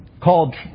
called